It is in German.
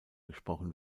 gesprochen